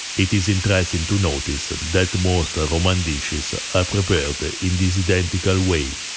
it is interesting to notice that that most roman dishes are prepared ah in this identical way.